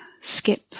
skip